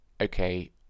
okay